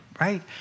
right